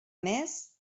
més